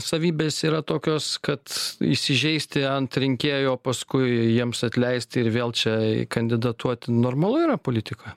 savybės yra tokios kad įsižeisti ant rinkėjų o paskui jiems atleisti ir vėl čia kandidatuoti normalu yra politikoje